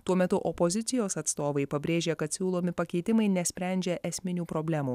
tuo metu opozicijos atstovai pabrėžia kad siūlomi pakeitimai nesprendžia esminių problemų